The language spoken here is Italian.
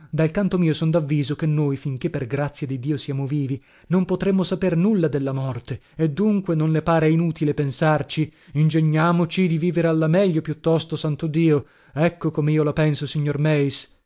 dal canto mio son davviso che noi finché per grazia di dio siamo vivi non potremo saper nulla della morte e dunque non le pare inutile pensarci ingegnamoci di vivere alla meglio piuttosto santo dio ecco come io la penso signor meis